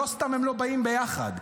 לא סתם הם לא באים ביחד,